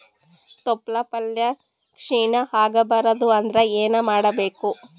ತೊಪ್ಲಪಲ್ಯ ಕ್ಷೀಣ ಆಗಬಾರದು ಅಂದ್ರ ಏನ ಮಾಡಬೇಕು?